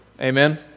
Amen